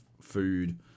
food